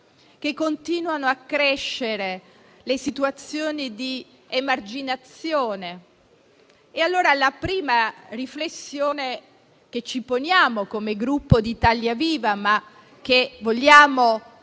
e continuano a crescere le situazioni di emarginazione. Allora, la prima riflessione che ci poniamo come Gruppo Italia Viva, ma che vogliamo